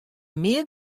mear